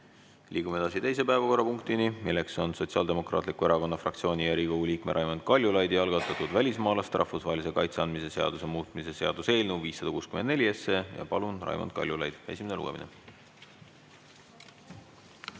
Liigume edasi teise päevakorrapunkti juurde: Sotsiaaldemokraatliku Erakonna fraktsiooni ja Riigikogu liikme Raimond Kaljulaidi algatatud välismaalasele rahvusvahelise kaitse andmise seaduse muutmise seaduse eelnõu 564. Palun, Raimond Kaljulaid! Esimene lugemine.